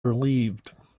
relieved